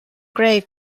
grave